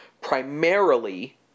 Primarily